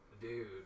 dude